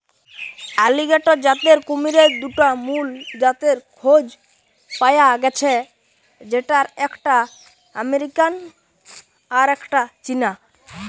alligator জাতের কুমিরের দুটা মুল জাতের খোঁজ পায়া গ্যাছে যেটার একটা আমেরিকান আর একটা চীনা